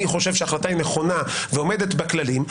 חושב שההחלטה היא נכונה ועומדת בכללים,